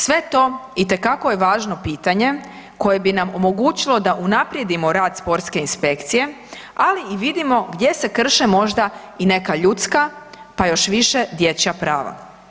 Sve to itekako je važno pitanje koje bi nam omogućilo da unaprijedimo rad sportske inspekcije, ali i vidimo gdje se krše možda i neka ljudska, pa još više dječja prava.